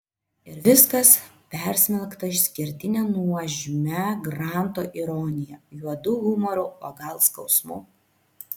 ir viskas persmelkta išskirtine nuožmia granto ironija juodu humoru o gal skausmu